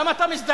למה אתה מזדעק,